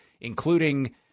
including